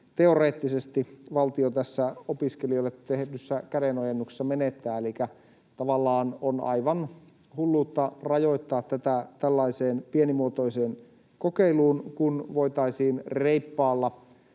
teoreettisesti valtio tässä opiskelijoille tehdyssä kädenojennuksessa menettää. Elikkä on tavallaan aivan hulluutta rajoittaa tätä tällaiseen pienimuotoiseen kokeiluun, kun voitaisiin reippaalla,